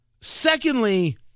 Secondly